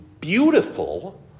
beautiful